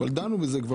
אבל כבר דנו בזה.